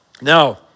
Now